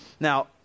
Now